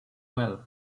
well